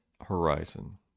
Horizon